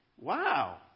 wow